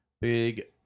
Big